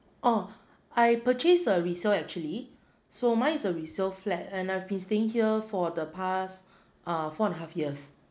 oh I purchased a resale actually so mine is a resale flat and I've been staying here for the past uh four and a half years